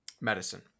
medicine